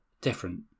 different